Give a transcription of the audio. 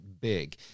big